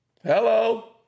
hello